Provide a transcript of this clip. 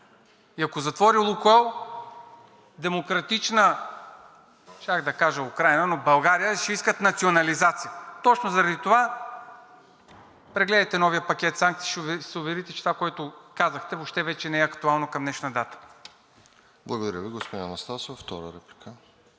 Ако затвори „Лукойл“, демократична – щях да кажа Украйна, но България, ще искат национализация. Точно заради това прегледайте новия пакет санкции, ще се уверите, че това, което казахте, въобще не е актуално към днешна дата. ПРЕДСЕДАТЕЛ РОСЕН ЖЕЛЯЗКОВ: Благодаря Ви. Господин Анастасов – втора реплика.